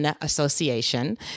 Association